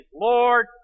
Lord